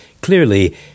Clearly